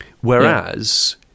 whereas